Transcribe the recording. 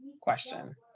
question